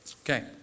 Okay